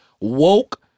woke